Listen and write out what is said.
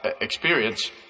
experience